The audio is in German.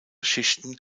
schichten